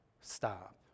stop